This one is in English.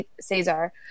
Cesar